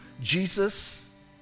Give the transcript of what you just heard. Jesus